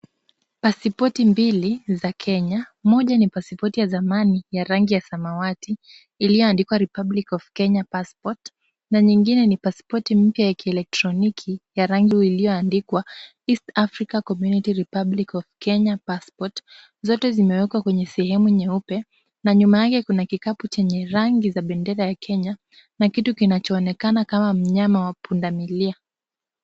Pasipoti mbili za Kenya, moja ni pasipoti ya zamani ya rangi ya samawati iliyoandikwa Republic of Kenya passport na nyingine ni pasipoti mpya ya kieletroniki ya rangi iliyoandikwa East Africa Community Republic of Kenya passport , zote zimewekwa kwenye sehemu nyeupe na nyuma yake kuna kikapu chenye rangi za bendera ya Kenya na kitu kinachoonekana kama mnyama wa pundamilia.